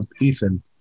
Ethan